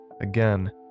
again